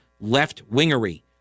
left-wingery